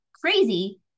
crazy